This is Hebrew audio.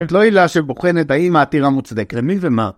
את לא הילה שבוחנת האם העתירה מוצדקת, למי ומה?